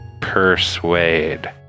persuade